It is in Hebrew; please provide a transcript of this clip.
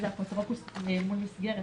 ליישם את חובותיו לפי תקנות אלה,